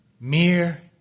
Mere